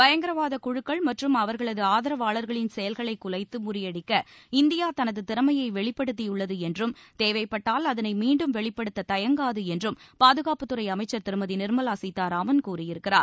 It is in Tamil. பயங்கரவாத குழுக்கள் மற்றும் அவர்களது ஆதரவாளர்களின் செயல்களை குலைத்து முறியடிக்க இந்தியா தனது திறமையை வெளிப்படுத்தியுள்ளது என்றும் தேவைப்பட்டால் அதனை மீண்டும் வெளிப்படுத்த தயங்காது என்றும் பாதுகாப்புத்துறை அமைச்சர் திருமதி நிர்மலா சீத்தாராமன் கூறியிருக்கிறார்